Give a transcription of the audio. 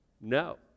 No